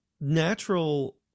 natural